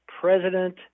president